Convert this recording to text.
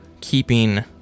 keeping